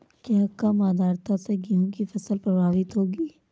क्या कम आर्द्रता से गेहूँ की फसल प्रभावित होगी?